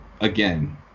again